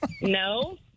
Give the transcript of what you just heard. No